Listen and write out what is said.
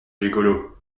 gigolo